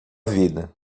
vida